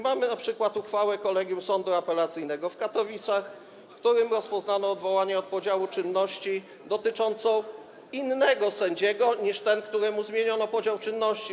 Mamy np. uchwałę Kolegium Sądu Apelacyjnego w Katowicach, w którym rozpoznano odwołanie dotyczące podziału czynności, dotyczącą innego sędziego niż ten, któremu zmieniono podział czynności.